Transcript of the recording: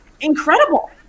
incredible